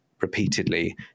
repeatedly